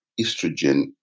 estrogen